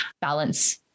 balance